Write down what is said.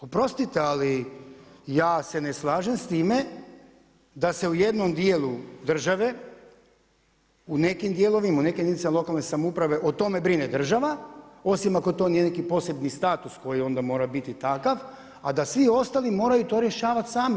Oprostite ali ja se ne slažem s time da se u jednom dijelu države u nekim dijelovima, u nekim jedinicama lokalne samouprave o tome brine država osim ako to nije neki posebni status koji onda mora biti takav a da svi ostali moraju to rješavati sami.